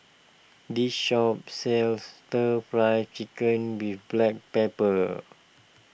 this shop sells Stir Fried Chicken with Black Pepper